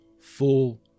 full